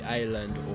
island